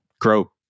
grow